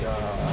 ya